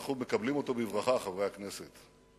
אנחנו מקבלים אותו בברכה, חברי הכנסת.